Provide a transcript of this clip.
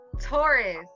Taurus